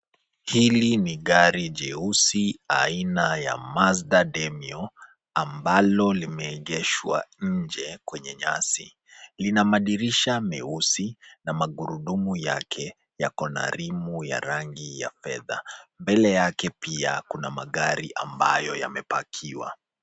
Hili ni gari jeusi aina ya Mazda Demio, ambalo limeegeshwa nje kwenye nyasi. Lina madirisha meusi na magurudumu yake yako na rimu ya rangi ya fedha. Mbele yake pia kuna magari ambayo yamepakiwa